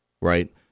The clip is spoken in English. right